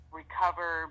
recover